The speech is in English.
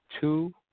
two